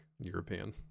European